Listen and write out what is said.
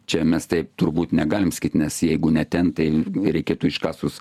čia mes taip turbūt negalim nes jeigu ne ten tai reikėtų iškasus